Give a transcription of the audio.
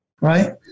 Right